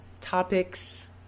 topics